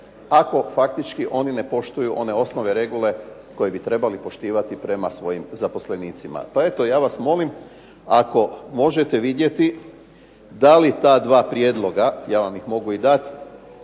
ako faktički oni ne poštuju one osnovne regule koje bi trebali poštivati prema svojim zaposlenicima. Pa eto, ja vas molim ako možete vidjeti da li ta dva prijedloga, ja vam mogu ih dati,